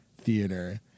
theater